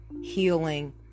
healing